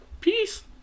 Peace